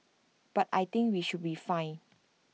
but I think we should be fine